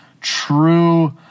true